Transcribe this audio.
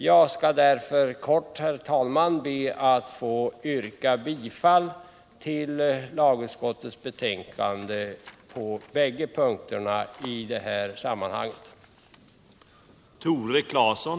Jag yrkar, herr talman, bifall till lagutskottets hemställan.